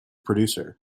producer